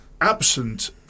absent